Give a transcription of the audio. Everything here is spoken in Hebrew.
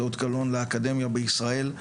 זה אות קלון לאקדמיה בישראל,